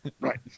Right